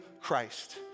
Christ